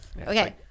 Okay